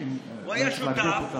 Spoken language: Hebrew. אולי צריך להגביר פה את,